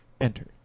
Enter